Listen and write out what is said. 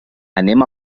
anem